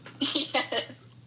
Yes